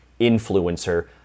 influencer